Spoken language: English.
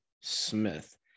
Smith